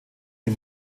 sie